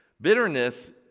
Bitterness